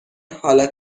حالا